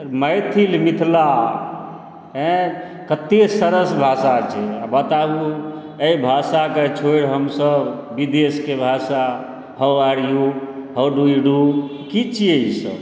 मैथिल मिथिला हैं कते सरस भाषा छै बताउ एहि भाषाकेँ छोड़ि हमसब विदेशके भाषा how are you how do you do की छियैक ई सब